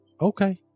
okay